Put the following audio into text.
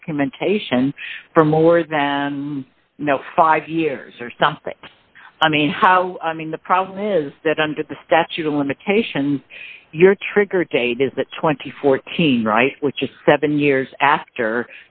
documentation for more than five years or something i mean i mean the problem is that under the statute of limitations your trigger date is that two thousand and fourteen right which is seven years after